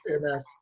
MS